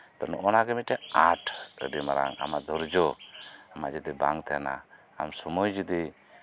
ᱛᱚ ᱱᱚᱜᱼᱚ ᱱᱚᱶᱟ ᱜᱮ ᱢᱤᱫᱴᱮᱱ ᱟᱸᱴ ᱟᱹᱰᱤ ᱢᱟᱨᱟᱝ ᱟᱢᱟᱜ ᱫᱷᱳᱨᱡᱚ ᱟᱢᱟᱜ ᱡᱩᱫᱤ ᱵᱟᱝ ᱛᱟᱦᱮᱸᱱᱟ ᱟᱢ ᱥᱚᱢᱚᱭ ᱡᱚᱫᱤ